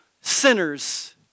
sinners